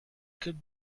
could